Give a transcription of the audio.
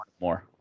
more